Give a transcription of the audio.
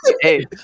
hey